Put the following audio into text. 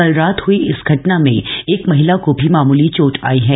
कल राम हई इस घटना में एक महिला को भी मामूली चोट थ यी है